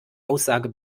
aussage